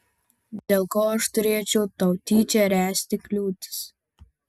dėl ko aš turėčiau tau tyčia ręsti kliūtis